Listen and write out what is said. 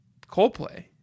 Coldplay